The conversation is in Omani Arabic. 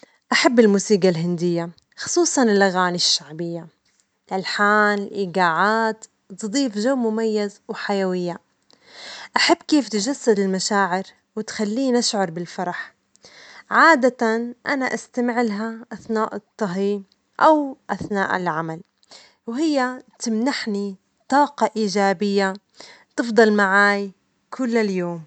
أحب الموسيجى الهندية، خصوصا الأغاني الشعبية الألحان و الايجاعات تضيف جو مميز وحيوية، أحب كيف تجسد المشاعر وتخليني أشعر بالفرح، عادة أنا أستمع لها أثناء الطهي أو أثناء العمل، وهي تمنحني طاجة إيجابية تفضل معي طوال اليوم.